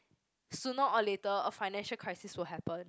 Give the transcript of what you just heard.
sooner or later a financial crisis will happen